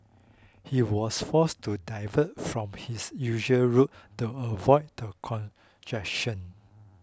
he was forced to divert from his usual route to avoid the congestion